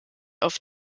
auf